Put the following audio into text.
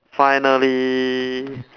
finally